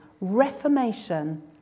reformation